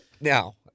now